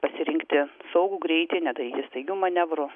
pasirinkti saugų greitį nedaryti staigių manevrų